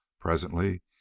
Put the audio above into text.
Presently